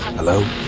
Hello